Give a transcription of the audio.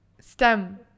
STEM